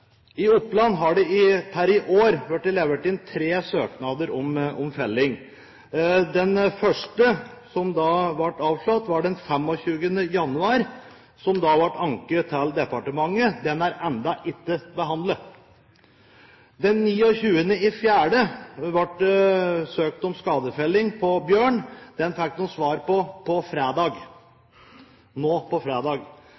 I Oppland har det per i år blitt levert inn tre søknader om felling. Den første, som ble avslått, ble levert den 25. januar, og den ble så anket til departementet. Den er ennå ikke behandlet! Den 29. april ble det søkt om skadefelling på bjørn. Den fikk de svar på nå på